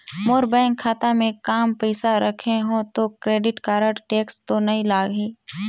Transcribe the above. मोर bank खाता मे काम पइसा रखे हो तो क्रेडिट कारड टेक्स तो नइ लाही???